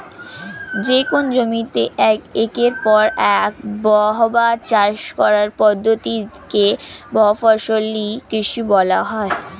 যেকোন জমিতে একের পর এক বহুবার চাষ করার পদ্ধতি কে বহুফসলি কৃষি বলা হয়